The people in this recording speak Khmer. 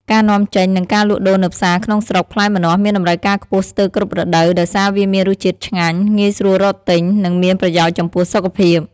ការនាំចេញ និងការលក់ដូរនៅផ្សារក្នុងស្រុកផ្លែម្នាស់មានតម្រូវការខ្ពស់ស្ទើរគ្រប់រដូវ ដោយសារវាមានរសជាតិឆ្ងាញ់ ងាយស្រួលរកទិញ និងមានប្រយោជន៍ចំពោះសុខភាព។